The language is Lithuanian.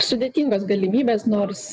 sudėtingos galimybės nors